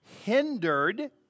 hindered